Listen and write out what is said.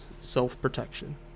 self-protection